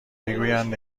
میگویند